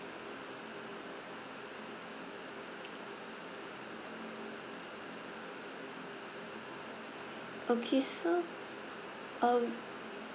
okay so um